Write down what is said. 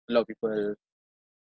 a lot of people